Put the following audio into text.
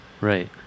Right